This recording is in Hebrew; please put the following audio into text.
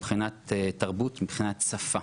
תרבות ושפה.